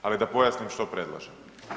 Ali da pojasnim što predlažem.